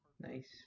Nice